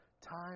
time